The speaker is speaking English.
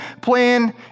plan